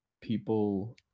people